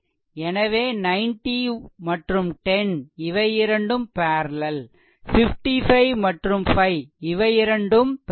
எனவே 90 மற்றும் 10 இவை இரண்டும் பேரலெல் 55 மற்றும் 5 இவை இரண்டும் பேரலெல்